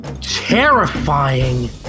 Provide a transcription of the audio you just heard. terrifying